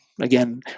again